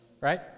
right